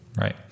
Right